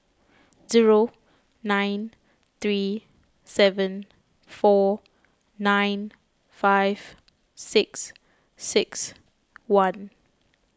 zero nine three seven four nine five six six one